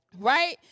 Right